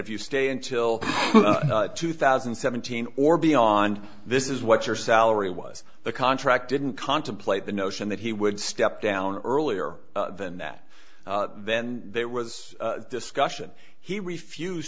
if you stay until two thousand and seventeen or beyond this is what your salary was the contract didn't contemplate the notion that he would step down earlier than that then there was discussion he refused